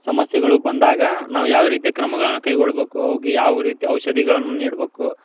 ಸಮಸ್ಯೆಗಳು ಬಂದಾಗ ನಾವು ಯಾವ ರೀತಿಯ ಕ್ರಮಗಳನ್ನು ಕೈಗೊಳ್ಬೇಕು ಅವ್ಕೆ ಯಾವ ರೀತಿ ಔಷಧಿಗಳನ್ನು ನೀಡ್ಬೇಕು